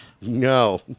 No